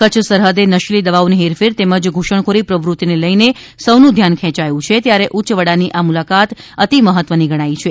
કચ્છ સરહદે નશીલી દવાઆની હેરફેર તેમજ ધુસણખોરી પ્રવૃતિને લઇને સૌનું ધ્યાન ખેંચાયું છે ત્યારે ઉચ્ચ વડાની આ મુલાકાત અતિ મહત્વની ગણાઇ રહી છે